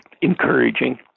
encouraging